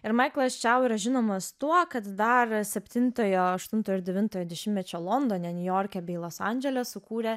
ir maiklas čiau yra žinomas tuo kad dar septintojo aštuntojo ir devintojo dešimtmečio londone niujorke bei los andžele sukūrė